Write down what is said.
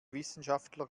wissenschaftler